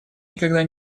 никогда